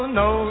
no